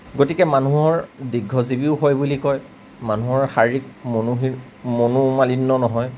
গতিকে মানুহৰ দীৰ্ঘজীৱিও হয় বুলি কয় মানুহৰ শাৰিৰীক মনো মনোমালিন্য নহয়